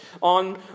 on